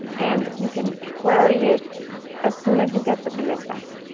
and you can query it as soon as you get the commit back.